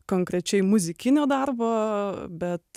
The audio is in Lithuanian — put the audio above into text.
konkrečiai muzikinio darbo bet